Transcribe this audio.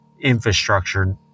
infrastructure